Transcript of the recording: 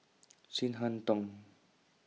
Chin Harn Tong